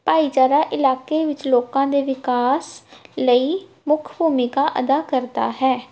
ਭਾਈਚਾਰਾ ਇਲਾਕੇ ਵਿੱਚ ਲੋਕਾਂ ਦੇ ਵਿਕਾਸ ਲਈ ਮੁੱਖ ਭੂਮਿਕਾ ਅਦਾ ਕਰਦਾ ਹੈ